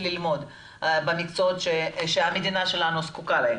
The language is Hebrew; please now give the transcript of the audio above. ללמוד במקצועות שהמדינה שלנו זקוקה להם.